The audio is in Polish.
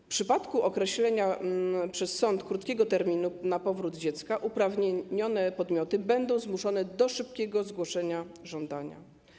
W przypadku określenia przez sąd krótkiego terminu na powrót dziecka uprawnione podmioty będą zmuszone do szybkiego zgłoszenia żądania.